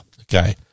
Okay